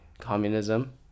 communism